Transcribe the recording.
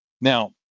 now